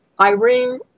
Irene